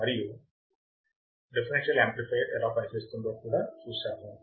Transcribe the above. మరియు కూడా differential amplifier ఎలా పనిచేస్తుందో చూశాము